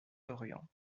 lorient